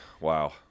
Wow